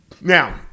now